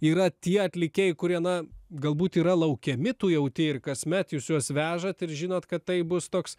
yra tie atlikėjai kurie na galbūt yra laukiami tu jauti ir kasmet jūs juos vežat ir žinot kad tai bus toks